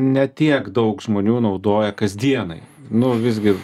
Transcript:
ne tiek daug žmonių naudoja kasdienai nu visgi